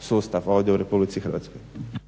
sustav ovdje u RH.